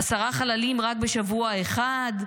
עשרה חללים רק בשבוע אחד?